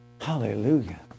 Hallelujah